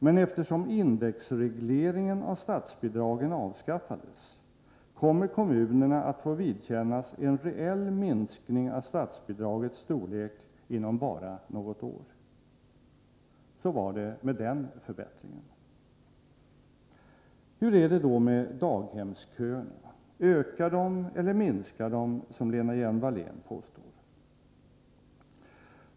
Man eftersom indexregleringen av statsbidragen avskaffades, kommer kommunerna att få vidkännas en reell minskning av statsbidragets storlek inom bara något år. Så var det med den förbättringen. Hur är det då med daghemsköerna? Ökar de eller minskar de, som Lena Hjelm-Wallén påstår?